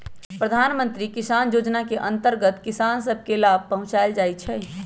प्रधानमंत्री किसान जोजना के अंतर्गत किसान सभ के लाभ पहुंचाएल जाइ छइ